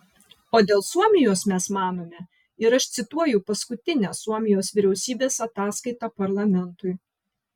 o dėl suomijos mes manome ir aš cituoju paskutinę suomijos vyriausybės ataskaitą parlamentui